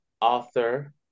author